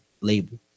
label